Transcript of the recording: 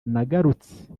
nagarutse